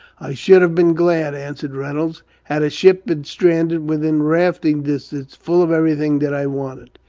i should have been glad, answered reynolds, had a ship been stranded within rafting distance full of everything that i wanted.